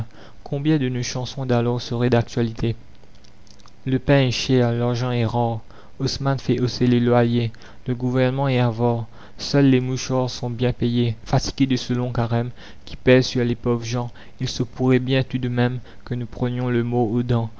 combien de nos chansons d'alors seraient d'actualité le pain est cher l'argent est rare haussmann fait hausser les loyers le gouvernement est avare seuls les mouchards sont bien payés fatigués de ce long carême qui pèse sur les pauvres gens il se pourrait bien tout de même que nous prenions le mors aux